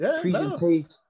presentation